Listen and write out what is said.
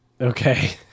Okay